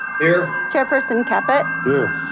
here. chairperson captu but yeah